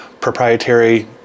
proprietary